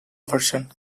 version